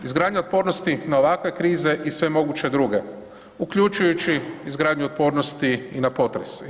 Izgradnja otpornosti na ovakve krize i sve moguće druge uključujući i izgradnju otpornosti i na potrese.